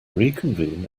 reconvene